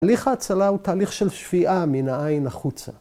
תהליך האצלה הוא תהליך של שפיעה מן העין החוצה.